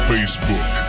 Facebook